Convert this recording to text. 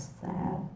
sad